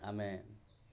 ଆମେ